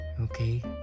okay